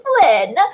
Flynn